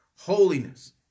Holiness